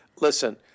listen